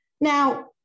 Now